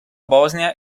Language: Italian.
bosnia